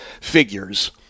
figures